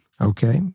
Okay